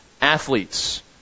athletes